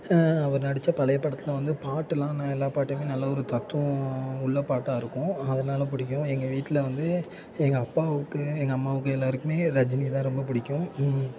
அவர் நடித்த பழைய படத்தில் வந்து பாட்டெல்லாம் ந எல்லா பாட்டையுமே நல்ல ஒரு தத்துவம் உள்ள பாட்டாக இருக்கும் அதனால பிடிக்கும் எங்கள் வீட்டில வந்து எங்கள் அப்பாவுக்கு எங்கள் அம்மாவுக்கு எல்லாருக்குமே ரஜினிதான் ரொம்ப பிடிக்கும்